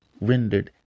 rendered